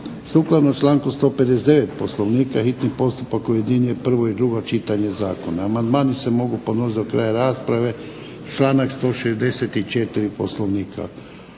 Sukladno članku 159. Poslovnika hitni postupak objedinjuje prvo i drugo čitanje Zakona, amandmani se mogu podnositi do kraja rasprave. Članak 164. poslovnika.